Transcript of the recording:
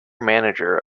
manager